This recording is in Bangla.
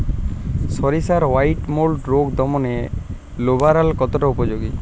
সরিষার হোয়াইট মোল্ড রোগ দমনে রোভরাল কতটা উপযোগী?